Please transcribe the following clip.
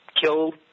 killed